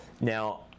Now